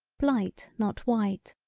blight not white.